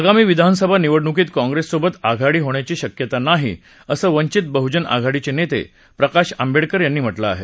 आगामी विधानसभा निवडणुकीत काँप्रेससोबत आघाडी होण्याची शक्यता नाही असं वंचित बहुजन आघाडीचे नेते प्रकाश आंबेडकर यांनी म्हटलं आहे